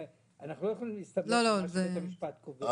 אנחנו לא יכולים להסתמך על מה שבית המשפט קובע.